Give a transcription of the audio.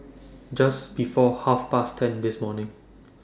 Just before Half Past ten This morning